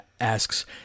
asks